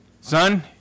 son